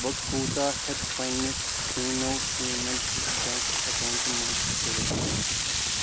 بہٕ کوٗتاہ ہٮ۪کہٕ پنٛنہِ فیٖنو پیمٮ۪نٛٹٕز بٮ۪نٛک اٮ۪کاوُنٛٹہٕ منٛز کٔڑِتھ